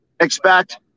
expect